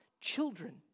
children